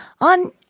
on